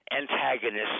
antagonists